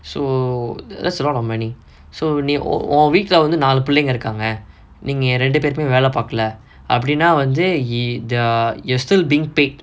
so that's a lot of money so நீ:nee o~ oh வீட்ல வந்து நாலு புள்ளைங்க இருக்காங்க நீங்க ரெண்டு பேருமே வேல பாக்கல அப்புடினா வந்து:veetla vanthu naalu pullainga irukkanga neenga rendu perumae vela paakala appudinaa vanthu err the you're still being paid